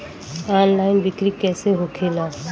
Online बिक्री कैसे होखेला?